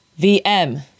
VM